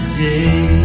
day